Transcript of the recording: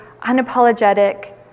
unapologetic